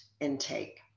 intake